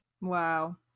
Wow